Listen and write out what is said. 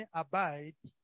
abide